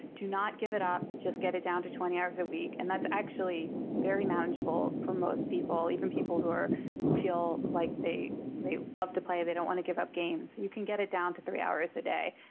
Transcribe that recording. do not give it up. just get it down to twenty hours a week. and that's actually very manageable for most people, even people who feel like they they love to play, they don't want to give up games. you can get it down to three hours a day.